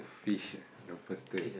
fish eh no